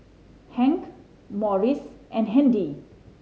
Hank Maurice and Handy